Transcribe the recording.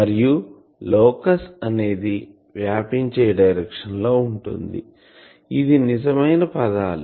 మరియు లోకస్ అనేది వ్యాపించే డైరెక్షన్ లో ఉంటుంది ఇవి నిజమైన పదములు